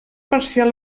parcial